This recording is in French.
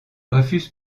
refuse